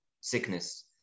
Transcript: sickness